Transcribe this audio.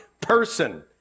person